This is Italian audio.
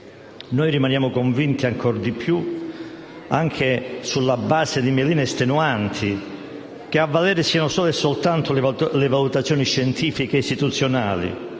Noi rimaniamo convinti ancor di più, anche sulla base di meline estenuanti, che a valere siano solo e soltanto le valutazioni scientifiche e istituzionali,